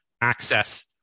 access